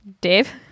Dave